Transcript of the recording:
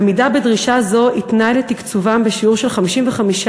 עמידה בדרישה זו היא תנאי לתקצובם בשיעור של 55%